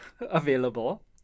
available